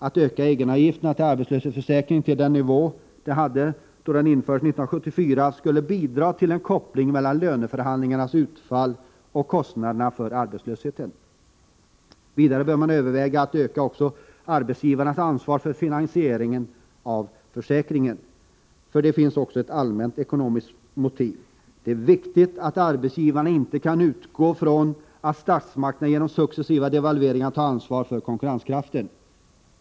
En ökning av egenavgifterna till arbetslöshetsförsäkringen till den nivå de hade då den infördes 1974 skulle bidra till en koppling mellan löneförhandlingarnas utfall och kostnaderna för arbetslösheten. Vidare bör man överväga att öka också arbetsgivarnas ansvar för finansieringen av försäkringen. För detta finns ett allmänt ekonomiskt motiv. Det är viktigt att arbetsgivarna inte kan utgå från att statsmakterna genom successiva devalveringar tar ansvar för konkurrenskraften.